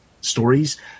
stories